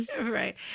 right